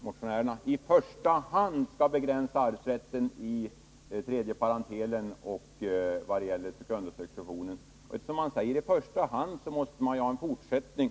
motionärerna anser att i första hand sekundosuccessionen och kretsen av arvsberättigade i tredje parentelen bör inskränkas. Eftersom man har skrivit ”i första hand”, måste man räkna med en fortsättning.